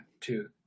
two